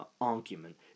argument